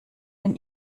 wenn